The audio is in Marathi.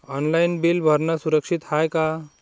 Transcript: ऑनलाईन बिल भरनं सुरक्षित हाय का?